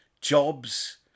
jobs